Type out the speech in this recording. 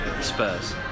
Spurs